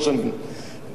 כבוד השר כחלון,